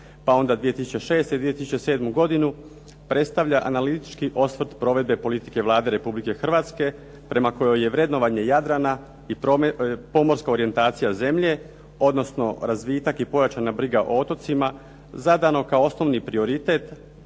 pa onda 2006., 2007. godinu predstavlja analitički osvrt provedbe politike Vlade Republike Hrvatske prema kojoj je vrednovanje Jadrana i pomorska orijentacija zemlje odnosno razvitak i pojačana briga o otocima zadano kao osnovni prioritet